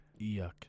Yuck